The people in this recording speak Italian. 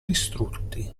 distrutti